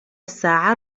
الساعة